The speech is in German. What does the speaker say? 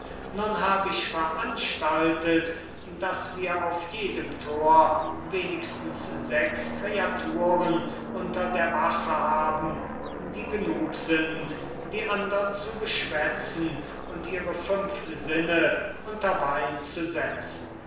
nun hab ich veranstaltet daß wir auf jedem tor wenigstens sechs kreaturen unter der wache haben die genug sind die andern zu beschwätzen und ihre fünf sinne unter wein zu setzen